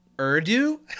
urdu